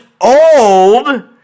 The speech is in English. old